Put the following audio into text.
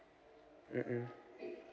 mm mm